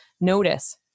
notice